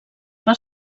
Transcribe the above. per